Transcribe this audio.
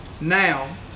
Now